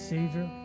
Savior